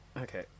Okay